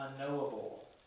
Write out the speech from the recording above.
unknowable